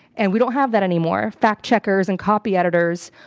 and we don't have that anymore. fact-checkers and copy editors,